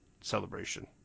Celebration